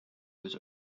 was